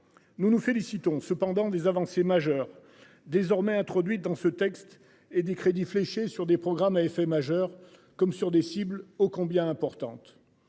Nous nous félicitons cependant des avancées majeures désormais introduit dans ce texte et des crédits fléchés. Sur des programmes à effet majeur comme sur des cibles ô combien importante.